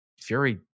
Fury